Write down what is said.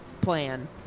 plan